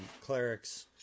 clerics